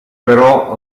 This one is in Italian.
però